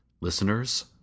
Listeners